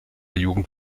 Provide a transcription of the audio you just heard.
jugend